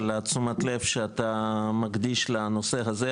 על תשומת הלב שאתה מקדיש לנושא הזה.